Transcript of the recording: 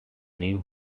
new